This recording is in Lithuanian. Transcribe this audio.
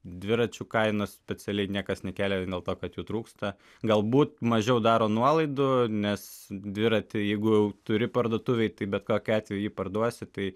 dviračių kainos specialiai niekas nekėlė vien dėl to kad jų trūksta galbūt mažiau daro nuolaidų nes dviratį jeigu jau turi parduotuvėj tai bet kokiu atveju jį parduosi tai